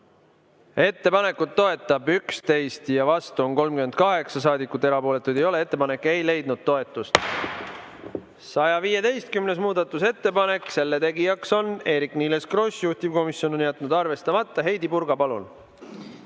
Ettepanekut toetab 11 ja vastu on 38 saadikut, erapooletuid ei ole. Ettepanek ei leidnud toetust.115. muudatusettepanek, selle tegija on Eerik-Niiles Kross, juhtivkomisjon on jätnud arvestamata. Heidy Purga, palun!